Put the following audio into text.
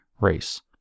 race